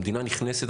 המדינה נכנסת,